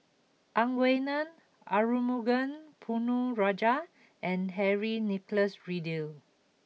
Ang Wei Neng Arumugam Ponnu Rajah and Henry Nicholas Ridley